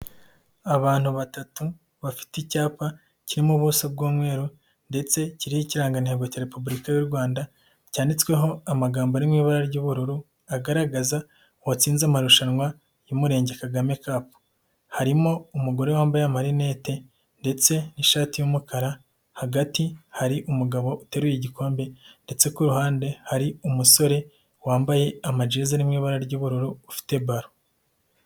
Abantu batatu bafite icyapa kirimo ubuso bw'umweru ndetse kiriho ikirangantego cya Repubulika y'u Rwanda cyanditsweho amagambo ari mu ibara ry'ubururu agaragaza uwatsinze amarushanwa y'Umurenge Kagame Cup, harimo umugore wambaye amarinete ndetse n'ishati y'umukara, hagati hari umugabo uteruye igikombe ndetse ku ruhande hari umusore wambaye amajezi ari mu ibara ry'ubururu ufite balo.